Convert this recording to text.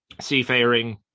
seafaring